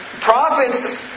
Prophets